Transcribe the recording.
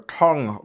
tongue